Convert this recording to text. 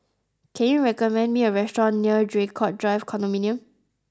can you recommend me a restaurant near Draycott Drive Condominium